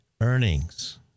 earnings